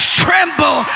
tremble